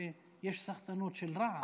שיש סחטנות של רע"מ.